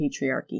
patriarchy